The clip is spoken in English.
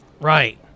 Right